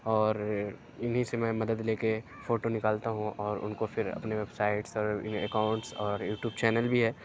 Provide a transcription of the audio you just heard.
اور اِنہی سے میں مدد لے کے فوٹو نکالتا ہوں اور اُن کو پھر اپنے ویب سائٹس اور اکاونٹس اور یوٹوب چینل بھی ہے